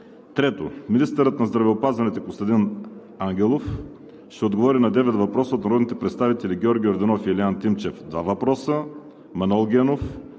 3. Министърът на здравеопазването Костадин Ангелов ще отговори на девет въпроса от народните представители Георги Йорданов и Илиан Тимчев – два въпроса; Манол Генов;